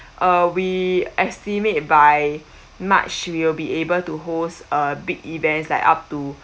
uh we estimate by march we'll be able to host a big events like up to